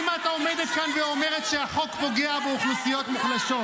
אם את עומדת כאן ואומרת שהחוק פוגע באוכלוסיות מוחלשות.